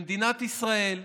במדינת ישראל,